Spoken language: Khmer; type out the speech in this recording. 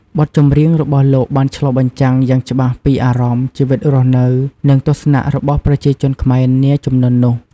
បទចម្រៀងរបស់លោកបានឆ្លុះបញ្ចាំងយ៉ាងច្បាស់ពីអារម្មណ៍ ជីវិតរស់នៅ និងទស្សនៈរបស់ប្រជាជនខ្មែរនាជំនាន់នោះ ។